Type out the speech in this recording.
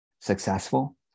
successful